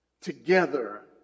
together